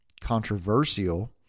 controversial